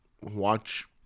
watch